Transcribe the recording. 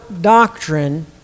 doctrine